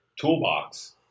toolbox